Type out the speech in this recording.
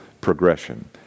progression